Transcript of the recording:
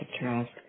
trust